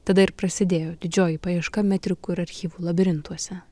tada ir prasidėjo didžioji paieška metrikų ir archyvų labirintuose